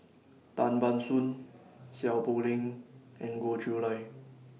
Tan Ban Soon Seow Poh Leng and Goh Chiew Lye